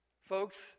folks